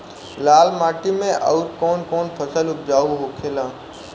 लाल माटी मे आउर कौन कौन फसल उपजाऊ होखे ला?